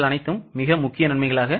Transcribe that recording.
இதுதான் முக்கிய நன்மைகள்